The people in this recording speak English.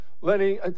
lenny